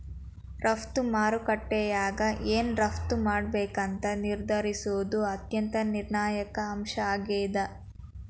ರಫ್ತು ಮಾರುಕಟ್ಯಾಗ ಏನ್ ರಫ್ತ್ ಮಾಡ್ಬೇಕಂತ ನಿರ್ಧರಿಸೋದ್ ಅತ್ಯಂತ ನಿರ್ಣಾಯಕ ಅಂಶ ಆಗೇದ